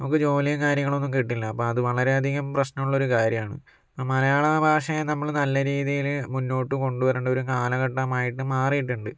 നമുക്ക് ജോലിയും കാര്യങ്ങളൊന്നും കിട്ടില്ല അപ്പം അത് വളരെയധികം പ്രശ്നമുള്ളൊരു കാര്യമാണ് മലയാളഭാഷയെ നമ്മള് നല്ല രീതിയില് മുന്നോട്ട് കൊണ്ട് വരണ്ട ഒരു കാലഘട്ടമായിട്ട് മാറിയിട്ടുണ്ട്